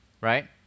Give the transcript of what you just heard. right